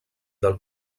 del